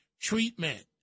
treatment